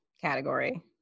category